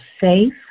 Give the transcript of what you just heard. safe